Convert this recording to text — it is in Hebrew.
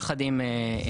יחד עם כלכלנים,